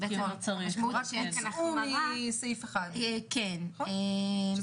רק הוצאו מסעיף 1. כן.